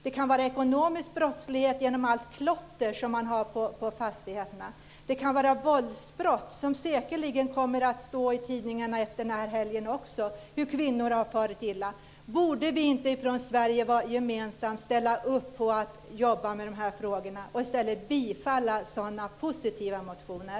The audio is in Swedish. Det kan vara ekonomisk brottslighet på grund av allt klotter på fastigheterna. Det kan vara våldsbrott som säkerligen kommer att stå i tidningarna efter helgen - kvinnor far illa. Borde vi inte i Sverige gemensamt ställa upp på att arbeta med frågorna och i stället bifalla positiva motioner?